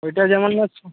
ওইটা যেমন হচ্ছে